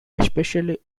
especially